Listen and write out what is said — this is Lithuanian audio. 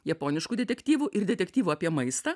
japoniškų detektyvų ir detektyvų apie maistą